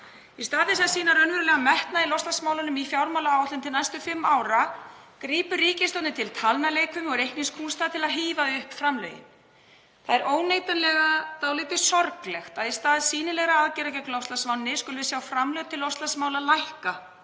Í stað þess að sýna raunverulegan metnað í loftslagsmálunum í fjármálaáætlun til næstu fimm ára grípur ríkisstjórnin til talnaleikfimi og reiknikúnsta til að hífa upp framlögin. Það er óneitanlega dálítið sorglegt að í stað sýnilegra aðgerða gegn loftslagsvánni skulum við sjá framlög til loftslagsmála lækka,